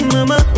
Mama